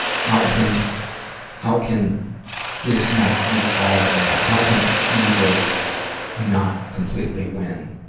how can how can this not be all bad? how can evil not completely win?